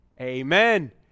Amen